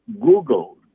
Google